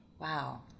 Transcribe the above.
Wow